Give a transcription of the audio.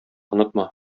онытма